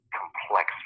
complex